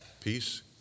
Peace